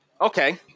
okay